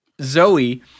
Zoe